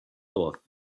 dorf